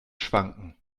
schwanken